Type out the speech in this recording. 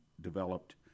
developed